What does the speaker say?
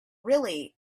really